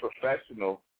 professional